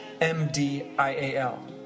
M-D-I-A-L